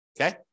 Okay